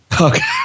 Okay